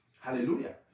Hallelujah